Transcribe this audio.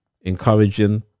encouraging